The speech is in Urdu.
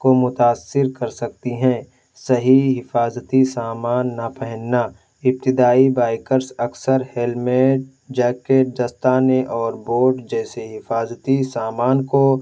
کو متاثر کر سکتی ہیں صحیح حفاظتی سامان نہ پہننا ابتدائی بائکرس اکثر ہیلمیٹ جکیٹ دستانے اور بوٹ جیسے حفاظتی سامان کو